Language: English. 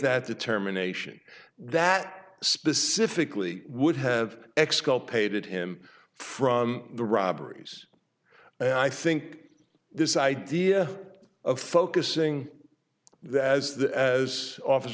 that determination that specifically would have exculpated him from the robberies and i think this idea of focusing that as the as office